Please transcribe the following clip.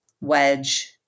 wedge